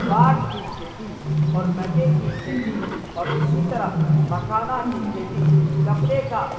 پاٹ کی کھیتی اور مکئی کی کھیتی اور اسی طرح مکھانا کی کھیتی کپڑے کا